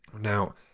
Now